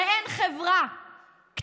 הרי אין חברה אחת בישראל,